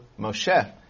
Moshe